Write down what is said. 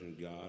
God